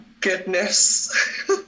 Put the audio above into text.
goodness